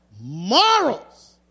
morals